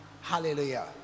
hallelujah